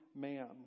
man